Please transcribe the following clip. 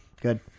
Good